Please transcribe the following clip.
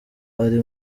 ari